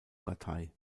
partei